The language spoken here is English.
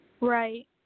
Right